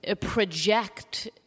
project